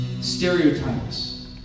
stereotypes